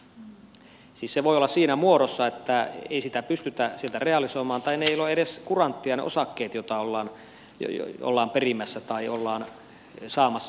siis se voi olla siinä muodossa että ei sitä pystytä sieltä realisoimaan tai ne osakkeet joita ollaan perimässä tai ollaan saamassa sukupolvenvaihdostilanteessa eivät ole edes kurantteja